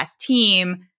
team